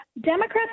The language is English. Democrats